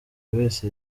wese